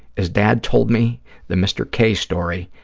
as dad told me the mr. k. story,